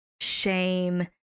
shame